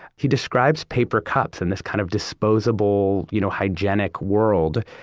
he describes paper cups in this kind of disposable, you know, hygienic world.